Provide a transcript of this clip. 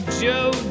joe